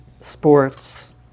sports